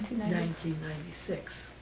ninety ninety six.